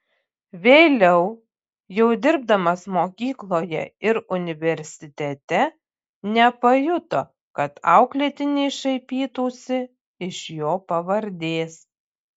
vėliau jau dirbdamas mokykloje ir universitete nepajuto kad auklėtiniai šaipytųsi iš jo pavardės